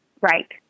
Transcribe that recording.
Right